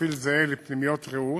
פרופיל זהה לזה שבפנימיית "רעות",